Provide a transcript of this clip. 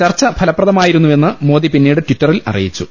ചർച്ച ഫലപ്രദമായിരുന്നുവെന്ന് മോദി പിന്നീട് ട്വറ്ററിൽ അറി യിച്ചു